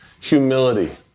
Humility